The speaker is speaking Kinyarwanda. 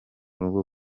rugo